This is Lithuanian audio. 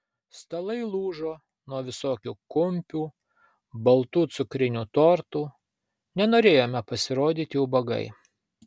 stalai lūžo nuo visokių kumpių baltų cukrinių tortų nenorėjome pasirodyti ubagai